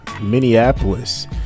Minneapolis